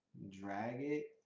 drag it,